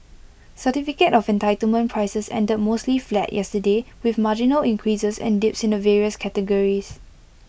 certificate of entitlement prices ended mostly flat yesterday with marginal increases and dips in the various categories